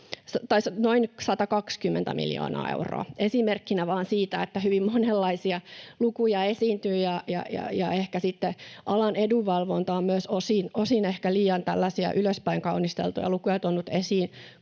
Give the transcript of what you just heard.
noin 120 miljoonaa euroa — esimerkkinä vaan siitä, että hyvin monenlaisia lukuja esiintyy. Sitten alan edunvalvonta on myös osin ehkä tällaisia liian ylöspäin kaunisteltuja lukuja tuonut esiin,